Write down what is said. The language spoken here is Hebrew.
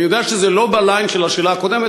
אני יודע שזה לא ב"ליין" של השאלה הקודמת,